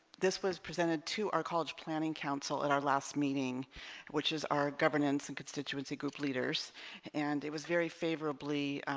this was presented to our college planning council in our last meeting which is our governance and constituency group leaders and it was very favorably